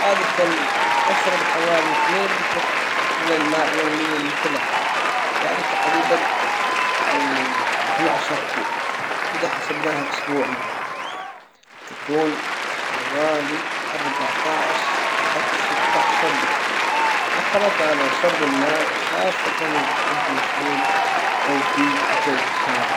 عادة اشرب حوالي اثنين لتر من الماء يوميا لثلاثة يعني تقريبًا اثنى عشر كوب اذا حسبناها اسبوعيًا تكون حوالي اربعة عشر لحد ستة عشر لتر احرص على شرب الماء خاصة إذا كنت مشغول أو في جو حار.